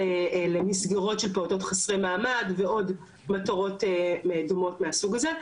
למסגרות של פעוטות חסרי מעמד ועוד מטרות דומות מהסוג הזה,